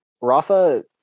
Rafa